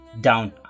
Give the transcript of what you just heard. down